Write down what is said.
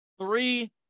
Three